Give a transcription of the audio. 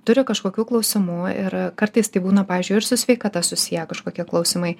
turi kažkokių klausimų ir kartais tai būna pavyzdžiui ir su sveikata susiję kažkokie klausimai